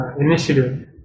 initiative